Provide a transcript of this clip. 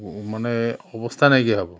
মানে অৱস্থা নাইকিয়া হ'ব